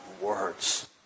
words